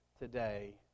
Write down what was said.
today